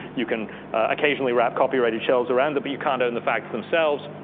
you can occasionally wrap copyrighted shells around them, but you can't own the facts themselves.